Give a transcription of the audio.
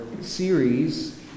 series